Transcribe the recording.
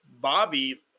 Bobby